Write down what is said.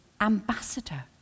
ambassador